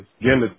Again